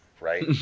Right